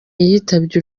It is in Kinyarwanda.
yitabye